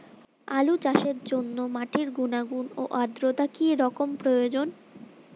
আলু চাষের জন্য মাটির গুণাগুণ ও আদ্রতা কী রকম প্রয়োজন?